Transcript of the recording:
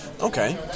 Okay